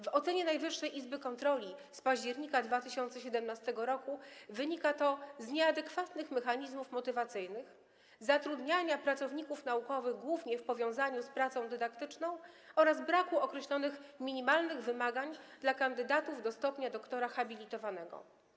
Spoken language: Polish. W ocenie NIK z października 2017 r. stan ten wynika z nieadekwatnych mechanizmów motywacyjnych, zatrudniania pracowników naukowych głównie w powiązaniu z pracą dydaktyczną oraz braku określonych minimalnych wymagań dla kandydatów do stopnia doktora habilitowanego.